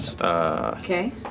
Okay